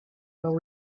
while